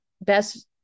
best